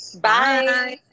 Bye